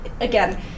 Again